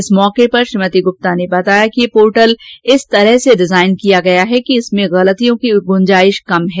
इस मौके पर श्रीमती गुप्ता ने कहा कि यह पोर्टल इस प्रकार से डिजाइन किया गया है कि इसमें गलतियों की गुंजाइश बहुत कम है